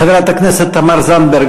חברת הכנסת תמר זנדברג,